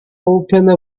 opened